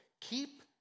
Keep